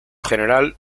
general